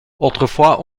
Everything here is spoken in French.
autrefois